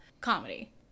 comedy